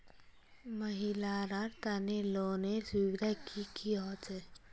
महिलार तने लोनेर सुविधा की की होचे?